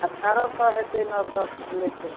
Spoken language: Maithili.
अठारह सओ हेतै नओ सओके भेलै तऽ